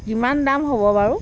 কিমান দাম হ'ব বাৰু